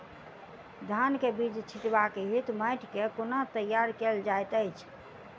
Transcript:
धान केँ बीज छिटबाक हेतु माटि केँ कोना तैयार कएल जाइत अछि?